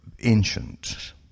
ancient